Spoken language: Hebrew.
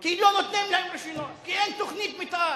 כי לא נותנים להם רשיונות, כי אין תוכנית מיתאר,